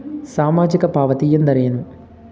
ಸಾಮಾಜಿಕ ಪಾವತಿ ಎಂದರೇನು?